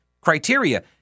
criteria